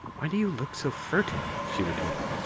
why do you look so furtive? she retorted.